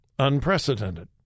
Unprecedented